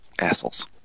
Assholes